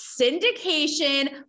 syndication